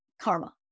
karma